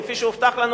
כפי שהובטח לנו,